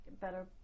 better